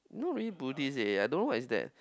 not really Buddish leh I don't know is that